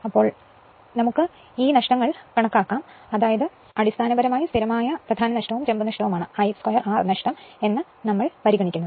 അതിനാൽ ഈ നഷ്ടം അടിസ്ഥാനപരമായി സ്ഥിരമായ കോർ നഷ്ടവും ചെമ്പ് നഷ്ടവുമാണ് I 2 R നഷ്ടം എന്ന് ഞങ്ങൾ പരിഗണിക്കും